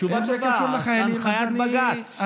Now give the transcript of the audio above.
תשובה טובה, הנחיית בג"ץ.